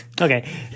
okay